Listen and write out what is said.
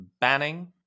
banning